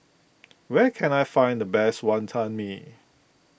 where can I find the best Wantan Mee